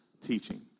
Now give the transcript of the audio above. teaching